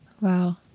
Wow